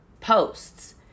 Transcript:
posts